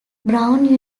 brown